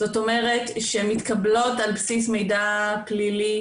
זאת אומרת שמתקבלות על בסיס מידע פלילי